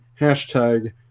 hashtag